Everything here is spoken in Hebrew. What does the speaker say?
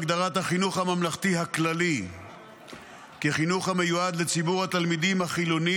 הגדרת החינוך הממלכתי הכללי כחינוך המיועד לציבור התלמידים החילוני